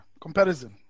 comparison